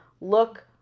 look